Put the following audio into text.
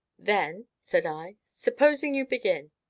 then, said i, supposing you begin.